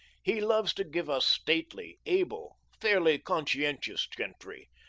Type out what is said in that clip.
he loves to give us stately, able, fairly conscientious gentry,